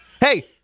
Hey